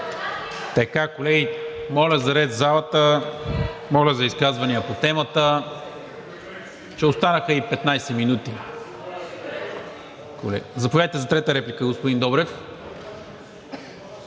Колеги, моля за ред в залата. Моля за изказвания по темата, че останаха едни 15 минути. Заповядайте за трета реплика, господин Добрев.